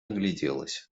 огляделась